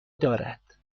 دارد